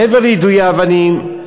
מעבר ליידויי האבנים,